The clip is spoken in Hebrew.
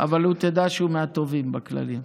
אבל תדע שהוא מהטובים, בכללי.